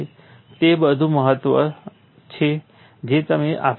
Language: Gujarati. તે બધું મહત્વ છે જે તમે આપી શકો છો